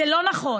זה לא נכון.